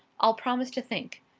i'll promise to think.